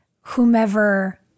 whomever